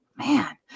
Man